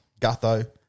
gutho